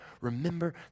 Remember